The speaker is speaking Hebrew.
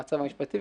המצב המשפטי,